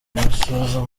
nasoza